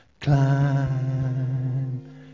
climb